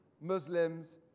Muslims